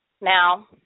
Now